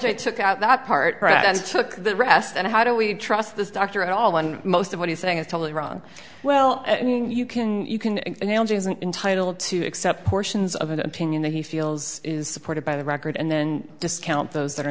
just took out that part right and took the rest and how do we trust this doctor at all one most of what he's saying is totally wrong well you can you can entitle to accept portions of an opinion that he feels is supported by the record and then discount those that are